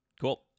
Cool